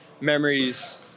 memories